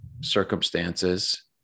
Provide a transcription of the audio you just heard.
circumstances